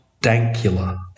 Dankula